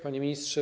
Panie Ministrze!